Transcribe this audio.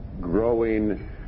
growing